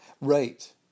Right